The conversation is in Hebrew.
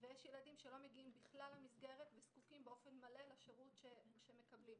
ויש ילדים שלא מגיעים בכלל למסגרת וזקוקים באופן מלא לשירות שהם מקבלים.